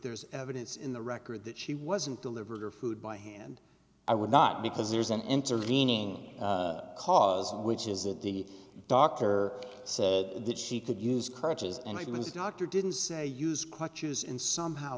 there's evidence in the record that she wasn't delivered or food by hand i would not because there's an intervening cause which is that the doctor said that she could use crutches and he was not or didn't say use crutches and somehow